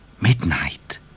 Midnight